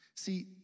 See